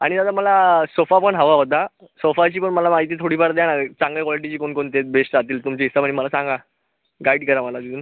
आणि दादा मला सोफा पण हवा होता सोफाची पण मला माहिती थोडी फार द्या ना चांगल्या क्वालिटीची कोणकोणते आहेत बेश्ट राहतील तुमच्या हिशेबानं मला सांगा गाईड करा मला येऊन